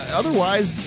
otherwise